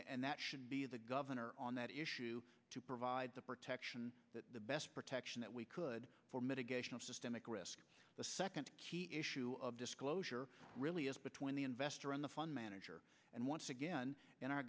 and that should be the governor on that issue to provide the protection that the best protection that we could for mitigation of systemic risk the second issue of disclosure really is between the investor and the fund manager and once again in our